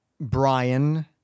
Brian